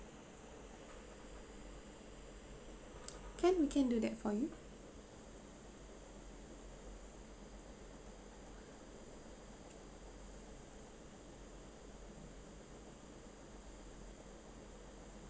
can we can do that for you